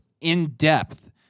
in-depth